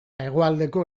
hegoaldeko